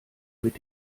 mit